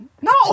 no